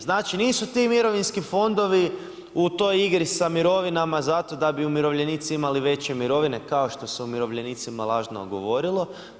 Znači, nisu ti mirovinski fondovi u toj igri sa mirovnima, zato da bi umirovljenici imali veće mirovine, kao što su umirovljenicima lažno govorilo.